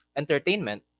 entertainment